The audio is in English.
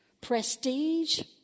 prestige